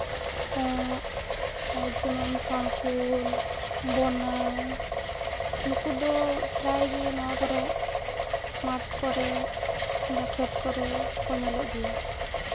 ᱠᱚᱠ ᱡᱮᱢᱚᱱ ᱥᱟᱝᱠᱳᱞ ᱵᱚᱱᱟ ᱱᱩᱠᱩ ᱫᱚ ᱯᱨᱟᱭᱜᱮ ᱱᱚᱣᱟ ᱠᱚᱨᱮᱜ ᱢᱟᱴᱷ ᱠᱚᱨᱮ ᱵᱟ ᱠᱷᱮᱛ ᱠᱚᱨᱮ ᱠᱚ ᱧᱮᱞᱚᱜ ᱜᱮᱭᱟ